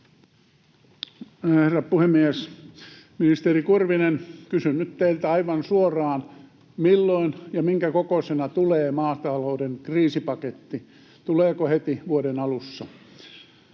Herra puhemies! Ministeri Kurvinen, kysyn nyt teiltä aivan suoraan: Milloin ja minkäkokoisena tulee maatalouden kriisipaketti? Tuleeko se heti vuoden alussa?